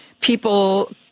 people